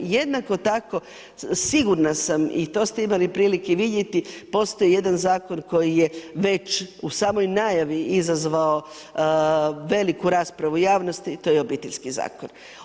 Jednako tako sigurna sam i to ste imali prilike vidjeti, postoji jedan zakon koji je već u samoj najavi izazvao veliku raspravu u javnosti, to je Obiteljski zakon.